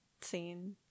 scene